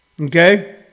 Okay